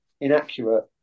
inaccurate